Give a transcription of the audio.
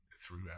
throughout